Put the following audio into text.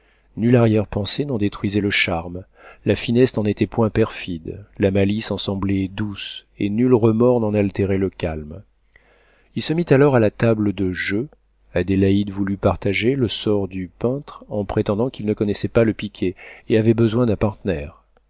nulle arrière-pensée n'en détruisait le charme la finesse n'en était point perfide la malice en semblait douce et nul remords n'en altérait le calme il se mit alors à la table de jeu adélaïde voulut partager le sort du peintre en prétendant qu'il ne connaissait pas le piquet et avait besoin d'un